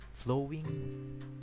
flowing